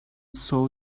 saw